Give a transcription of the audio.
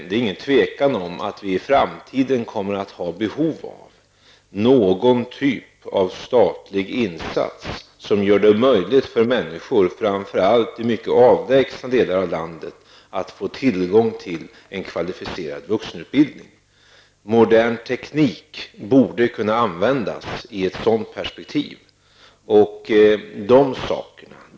Det är inget tvivel om att vi i framtiden kommer att ha behov av någon typ av statlig insats som gör det möjligt för människor, framför allt i mycket avlägsna delar av landet, att få tillgång till en kvalificerad vuxenutbildning. Modern teknik borde kunna användas i ett sådant perspektiv.